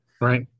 right